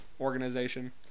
organization